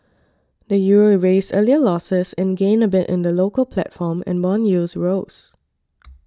the Euro erased earlier losses and gained a bit in the local platform and bond yields rose